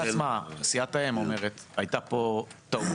עצמה סיעת האם אומרת הייתה פה טעות.